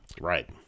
Right